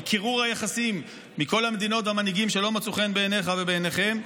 מקירור היחסים עם כל המדינות והמנהיגים שלא מצאו חן בעיניך ובעיניכם,